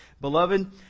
Beloved